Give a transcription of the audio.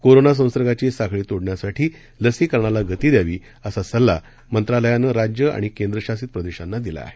कोरोनासंसर्गांची साखळी तोडण्यासाठी लसीकरणाला गती द्यावी असा सल्ला मंत्रालयानं राज्य आणि केंद्रशासित प्रदेशांना दिला आहे